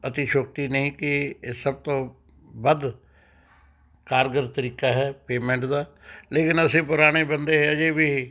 ਅਤਿ ਸ਼ੁਕਤੀ ਨਹੀਂ ਕਿ ਇਹ ਸਭ ਤੋਂ ਵੱਧ ਕਾਰਗਰ ਤਰੀਕਾ ਹੈ ਪੇਮੈਂਟ ਦਾ ਲੇਕਿਨ ਅਸੀਂ ਪੁਰਾਣੇ ਬੰਦੇ ਅਜੇ ਵੀ